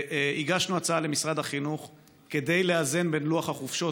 הגשנו הצעה למשרד החינוך לאזן בין לוח החופשות